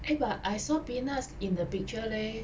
eh but I saw peanuts in the picture leh